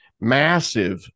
massive